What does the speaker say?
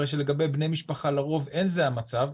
הרי שלגבי בני משפחה לרוב אין זה המצב,